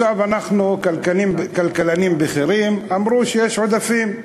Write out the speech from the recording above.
עכשיו אנחנו, כלכלנים בכירים אמרו שיש עודפים.